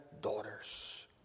daughters